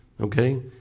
Okay